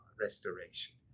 restoration